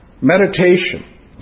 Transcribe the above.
Meditation